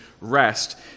rest